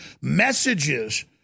Messages